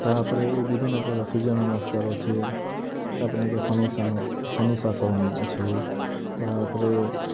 ତା'ପରେ ବିଭିନ୍ନ ପ୍ରକାର ସୂର୍ଯ୍ୟ ନମସ୍କାର୍ ଅଛେ ତା'ପରେ ନିକେ ଶନି ଶାସନ ଅଛେ ତା'ପରେ